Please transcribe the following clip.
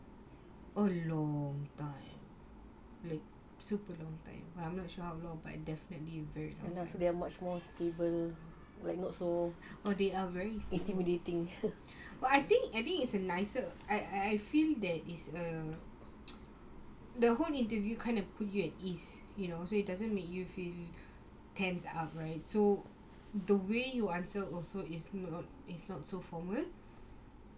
oh long time like super long time well I'm not sure how long but definitely very long oh they are very stable like but I think I think it's a nicer I I feel that is a the whole interview kind of put you at ease you know so it doesn't make you feel tense outright so the way you answer also is not so formal